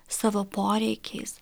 savo poreikiais